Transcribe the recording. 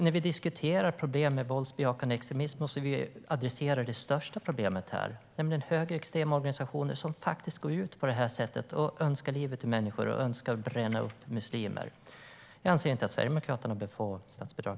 När vi diskuterar problem med våldsbejakande extremism måste vi adressera det största problemet, nämligen högerextrema organisationer som faktiskt önskar livet ur människor och önskar bränna upp muslimer. Jag anser inte att Sverigedemokraterna bör få statsbidrag.